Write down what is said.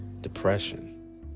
Depression